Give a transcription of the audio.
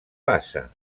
passa